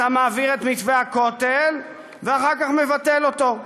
אתה מעביר את מתווה הכותל, ואחר כך מבטל אותו.